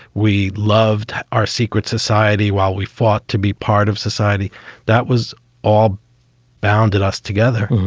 we loved our secret society while we fought to be part of society that was all bounded us together.